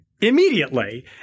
immediately